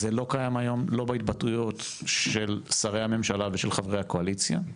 זה לא קיים היום לא בהתבטאויות של שרי הממשלה ושל חברי הקואליציה,